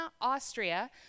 Austria